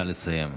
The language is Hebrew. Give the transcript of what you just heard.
נא לסיים.